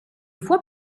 voie